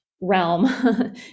realm